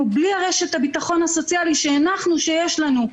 בלי רשת הביטחון הסוציאלי שהנחנו שיש לנו.